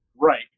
right